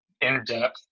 in-depth